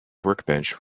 workbench